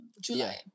July